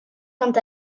quant